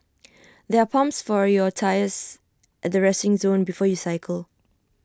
there are pumps for your tyres at the resting zone before you cycle